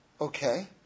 Okay